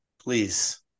please